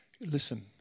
listen